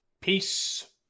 Peace